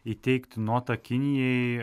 įteikti notą kinijai